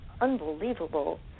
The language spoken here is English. unbelievable